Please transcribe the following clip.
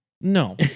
no